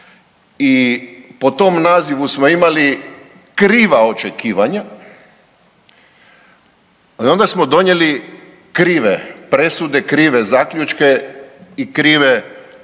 i po tom nazivu smo imali kriva očekivanja i onda smo donijeli krive presude, krive zaključke i krive po